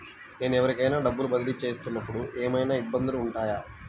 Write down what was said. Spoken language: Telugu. నేను ఎవరికైనా డబ్బులు బదిలీ చేస్తునపుడు ఏమయినా ఇబ్బందులు వుంటాయా?